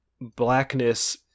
blackness